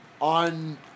on